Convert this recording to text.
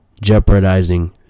jeopardizing